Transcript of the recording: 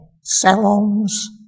salons